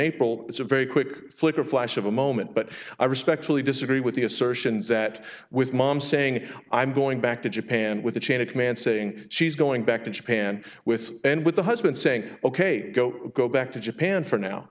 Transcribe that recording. april it's a very quick flick a flash of a moment but i respectfully disagree with the assertions that with mom saying i'm going back to japan with the chain of command saying she's going back to japan with and with the husband saying ok go go back to japan for now